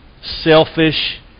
selfish